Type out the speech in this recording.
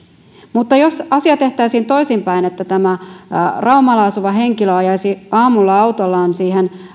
mutta jos asia tehtäisiin toisinpäin niin että tämä raumalla asuva henkilö ajaisi aamulla autollaan siihen